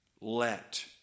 let